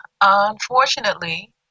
Unfortunately